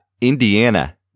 Indiana